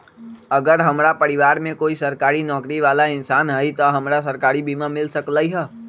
अगर हमरा परिवार में कोई सरकारी नौकरी बाला इंसान हई त हमरा सरकारी बीमा मिल सकलई ह?